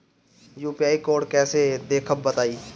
UPI code कैसे देखब बताई?